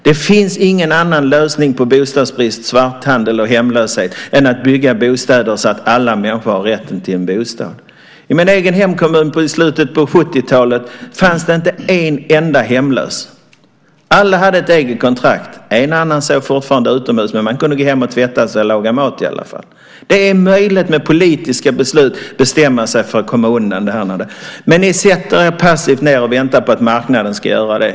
Det finns ingen annan lösning på bostadsbrist, svarthandel och hemlöshet än att bygga bostäder så att alla människor har möjlighet till en bostad. I min egen hemkommun fanns det inte en enda hemlös i slutet av 70-talet. Alla hade ett eget kontrakt. En och annan sov fortfarande utomhus, men man kunde gå hem och tvätta sig och laga mat. Det är möjligt när politiker bestämmer sig för att komma undan detta. Ni sätter er och väntar passivt på att marknaden ska göra det.